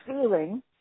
feeling